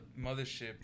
mothership